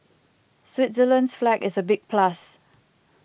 Switzerland's flag is a big plus